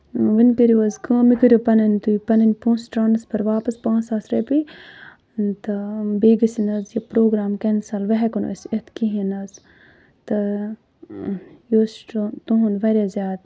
وۄنۍ کٔرِو حظ کٲم مےٚ کٔرِو پَنٕنۍ تُہۍ پَنٕنۍ پونٛسہٕ ٹرٛانَسفَر واپَس پانٛژھ ساس رۄپیہِ تہٕ بیٚیہِ گٔژھِن حظ یہِ پروگرام کٮ۪نسَل وۄنۍ ہٮ۪کو نہٕ أسۍ یِتھ کِہیٖنۍ حظ تہٕ یُس چھُ تُہُنٛد واریاہ زیادٕ